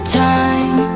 time